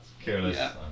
Careless